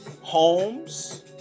homes